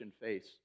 face